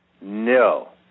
No